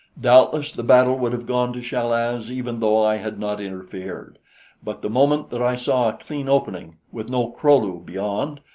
doubtless the battle would have gone to chal-az even though i had not interfered but the moment that i saw a clean opening, with no kro-lu beyond,